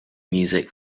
music